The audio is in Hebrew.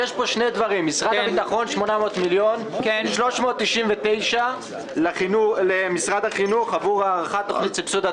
יש כאן 295 מיליון שקלים כבישים תומכי נמלים,